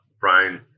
Brian